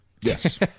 Yes